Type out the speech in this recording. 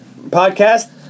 podcast